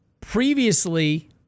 Previously